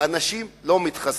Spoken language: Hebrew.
שאנשים לא מתחסנים.